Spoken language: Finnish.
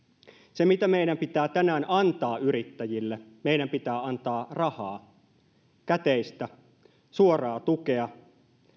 se mitä meidän pitää tänään antaa yrittäjille meidän pitää antaa rahaa käteistä suoraa tukea